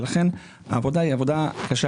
לכן העבודה היא עבודה קשה,